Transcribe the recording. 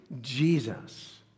Jesus